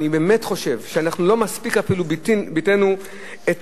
אני באמת חושב שאנחנו לא מספיק ביטאנו את